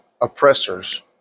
oppressors